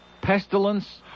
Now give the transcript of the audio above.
pestilence